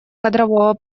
кадрового